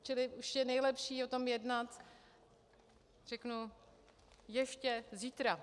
Čili už je nejlepší o tom jednat, řeknu, ještě zítra.